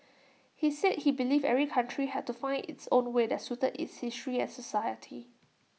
he said he believed every country had to find its own way that suited its history and society